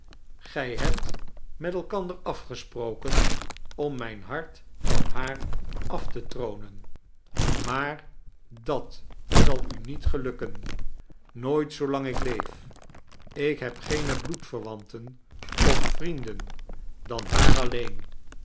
gij hebt met elkander afgesproken om mijn hart van haar af te tronen nelly maar dat zal u niet gelukken nooit zoolang ik leef ik heb geene bloedverwanten of vrienden dan haar alleen